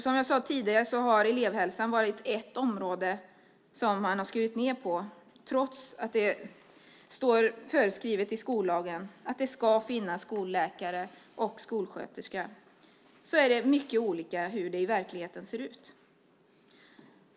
Som jag sade tidigare har elevhälsan varit ett område som man skurit ned på. Trots att det står föreskrivet i skollagen att det ska finnas skolläkare och skolsköterska är det mycket olika hur det i verkligheten ser ut.